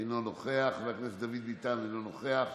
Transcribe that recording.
אינו נוכח, חבר הכנסת דוד ביטן, אינו נוכח,